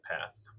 path